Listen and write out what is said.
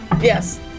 Yes